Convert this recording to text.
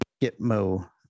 Gitmo